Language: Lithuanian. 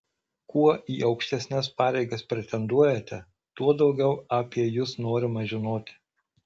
kuo į aukštesnes pareigas pretenduojate tuo daugiau apie jus norima žinoti